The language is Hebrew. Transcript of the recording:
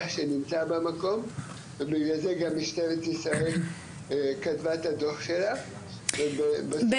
שנמצא במקום ובגלל זה גם משטרת ישראל כתבה את הדוח שלה --- בני,